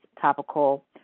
topical